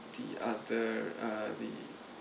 the other are the